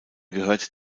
gehört